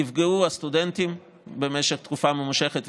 נפגעו הסטודנטים במשך תקופה ממושכת,